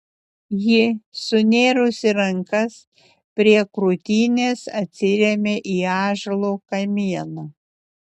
ji sunėrusi rankas prie krūtinės atsirėmė į ąžuolo kamieną